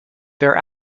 their